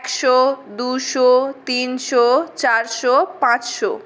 একশো দুশো তিনশো চারশো পাঁচশো